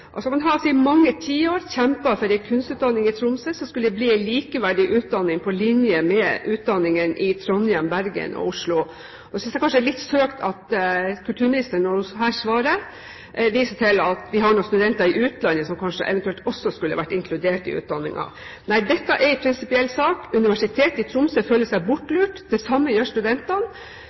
Man har i mange tiår kjempet for en kunstutdanning i Tromsø, som skulle bli en likeverdig utdanning på linje med utdanningen i Trondheim, Bergen og Oslo. Og så synes jeg kanskje det er litt søkt at kulturministeren – når hun nå svarer – viser til at vi har noen studenter i utlandet som eventuelt også skulle vært inkludert i utdanningen. Nei, dette er en prinsipiell sak. Universitetet i Tromsø føler seg lurt, og det samme gjør studentene.